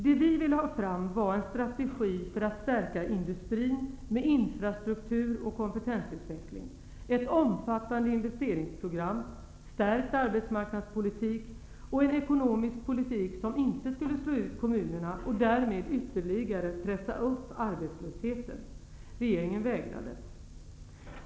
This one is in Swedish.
Det som vi ville ha fram var en strategi för att stärka industrin med infrastruktur och kompetensutveckling, ett omfattande investeringsprogram, stärkt arbetsmarknadspolitik och en ekonomisk politik som inte skulle slå ut kommunerna och därmed ytterligare pressa upp arbetslösheten. Regeringen vägrade.